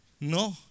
No